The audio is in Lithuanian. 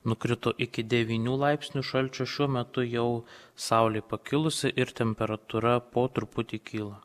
nukrito iki devynių laipsnių šalčio šiuo metu jau saulė pakilusi ir temperatūra po truputį kyla